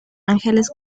ángeles